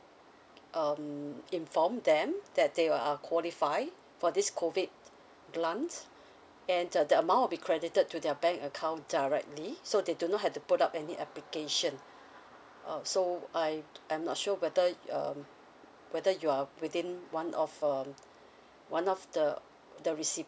um informed them that they are qualified for this COVID grant and the amount will be credited to their bank account directly so they do not have to put up any application uh so I I'm not sure whether um whether you are within one of um one of the the receipients